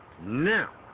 Now